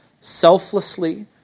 selflessly